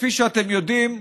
כפי שאתם יודעים,